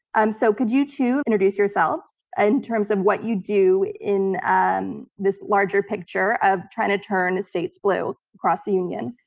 um so could you to introduce yourselves in terms of what you do in and this larger picture of trying to turn states blue across the union.